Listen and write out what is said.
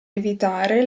evitare